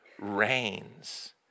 reigns